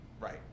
right